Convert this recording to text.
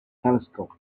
telescope